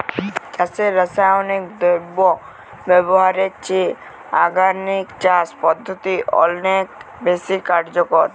চাষে রাসায়নিক দ্রব্য ব্যবহারের চেয়ে অর্গানিক চাষ পদ্ধতি অনেক বেশি কার্যকর